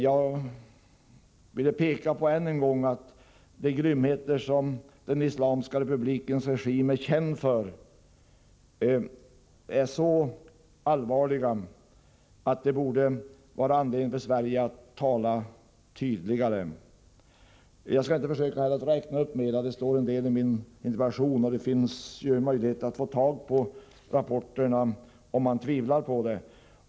Jag vill än en gång peka på att de grymheter som den islamiska republikens regim är känd för är så allvarliga att de borde vara anledning för Sverige att tala tydligare. Jag skall inte räkna upp mer av dem nu, men det står en del i min interpellation, och det finns ju möjlighet att få tag på rapporterna om man tvivlar på dem.